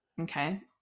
Okay